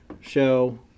show